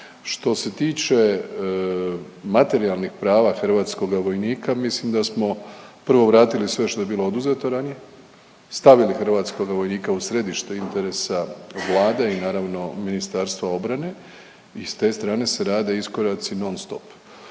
Što se tiče materijalnih prava hrvatskoga vojnika, mislim da smo prvo vratili sve što je bilo oduzeto ranije, stavili hrvatskoga vojnika u središte interesa Vlade i naravno, MORH-a i s te strane se rade iskoraci non-stop.